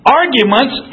arguments